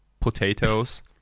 potatoes